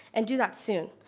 and do that soon.